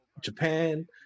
Japan